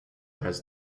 has